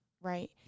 Right